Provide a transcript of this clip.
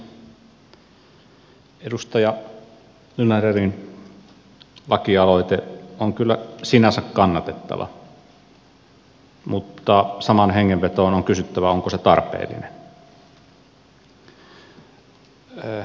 edustaja nylanderin lakialoite on kyllä sinänsä kannatettava mutta samaan hengenvetoon on kysyttävä onko se tarpeellinen